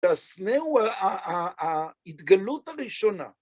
הסנה הוא, ההתגלות הראשונה.